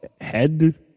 head